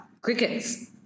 crickets